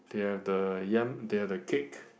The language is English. they have the yam they have the cake